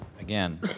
again